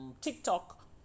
TikTok